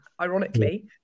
ironically